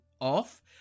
off